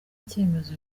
icyemezo